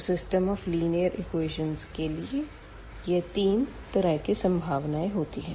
तो system of linear equations के लिए यह तीन तरह की संभावनाएं होती है